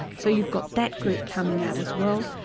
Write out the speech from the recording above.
so you've got that group coming out as well,